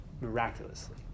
miraculously